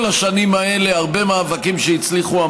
כל השנים האלה הרבה מאבקים הצליחו.